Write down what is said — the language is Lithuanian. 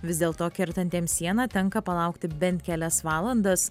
vis dėlto kertantiem sieną tenka palaukti bent kelias valandas